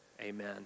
amen